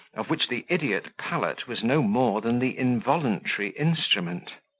of which the idiot pallet was no more than the involuntary instrument.